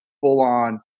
full-on